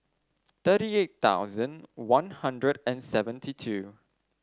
thirty eight thousand One Hundred and seventy two